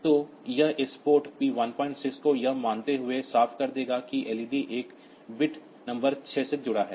तो यह इस पोर्ट P16 को यह मानते हुए साफ कर देगा कि LED एक बिट नंबर छह से जुड़ा है